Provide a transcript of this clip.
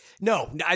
No